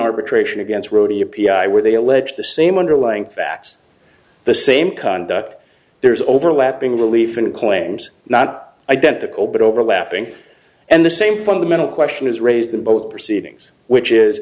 arbitration against wrote a u p i where they allege the same underlying facts the same conduct there's overlapping relief in claims not identical but overlapping and the same fundamental question is raised in both proceedings which is